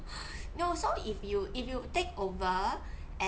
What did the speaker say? no so if you if you take over and